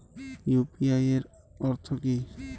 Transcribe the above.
UPI এর অর্থ কি?